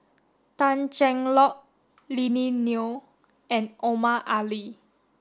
Tan Cheng Lock Lily Neo and Omar Ali